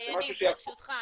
ברשותך,